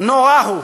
נורא הוא.